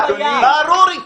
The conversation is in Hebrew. וזהו, גמרנו.